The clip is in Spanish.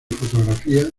fotografías